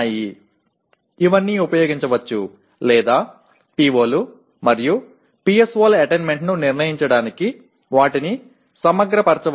அவை அனைத்தையும் பயன்படுத்தலாம் அல்லது POக்கள் மற்றும் PSOக்களை அடைவதைத் தீர்மானிக்க அவை ஒருங்கிணைக்கப்படலாம்